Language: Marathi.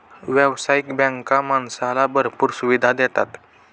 व्यावसायिक बँका माणसाला भरपूर सुविधा देतात